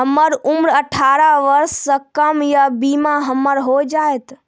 हमर उम्र अठारह वर्ष से कम या बीमा हमर हो जायत?